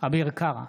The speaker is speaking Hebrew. אביר קארה,